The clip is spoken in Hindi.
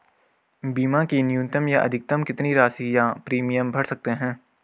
बीमा की न्यूनतम या अधिकतम कितनी राशि या प्रीमियम भर सकते हैं?